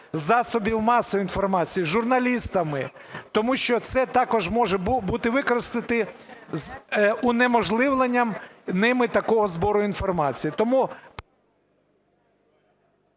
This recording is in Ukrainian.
засобів масової інформації - журналістами, тому що це також може бути використано з унеможливленням ними такого збору інформації.